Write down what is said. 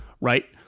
right